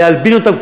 להלבין אותן,